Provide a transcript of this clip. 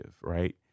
right